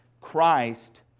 Christ